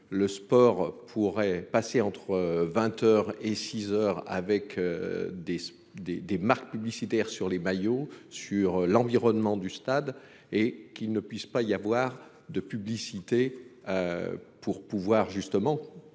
Le sport pourrait passer entre 20h et 6h avec. Des des des marques publicitaire sur les maillots sur l'environnement du stade et qu'il ne puisse pas y avoir de publicité. Pour pouvoir justement